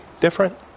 different